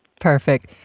Perfect